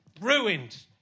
Ruined